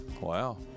wow